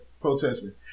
protesting